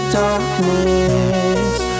darkness